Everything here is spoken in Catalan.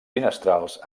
finestrals